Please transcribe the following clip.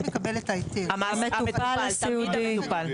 תמיד המטופל הסיעודי.